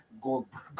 Goldberg